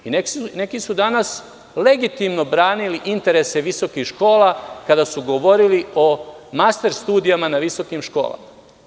Neki su danas legitimno branili interese visokih škola kada su govorili o master studijama na visokim školama.